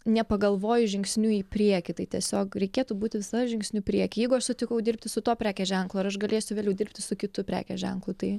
nepagalvoji žingsniu į priekį tai tiesiog reikėtų būti visada žingsniu prieky jeigu aš sutikau dirbti su tuo prekės ženklu ar aš galėsiu vėliau dirbti su kitu prekės ženklu tai